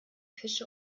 fische